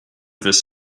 this